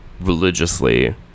religiously